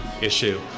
issue